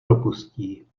propustí